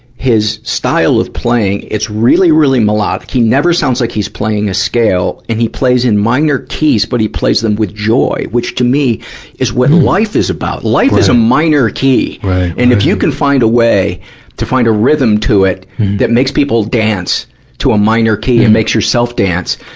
his style of playing, it's really, really melodic. he never sounds like he's playing a scale, and he plays in minor keys, but he plays them with joy, which to me is what life is about. life is a minor key, and if you can find a way to find a rhythm to it that makes people dance to a minor key and makes yourself dance,